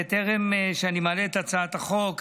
בטרם שאני מעלה את הצעת החוק,